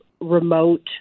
remote